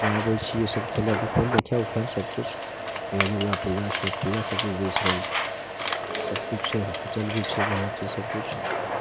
आबै छिए इएहसब खेलै धुपै देखै उखैले सबकिछु हैए दुरगा पूजा छठि पूजा सबकिछु बेगुसरायमे सबकिछु छै हॉस्पिटल भी छै नया चीज सबकिछु